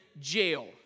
jail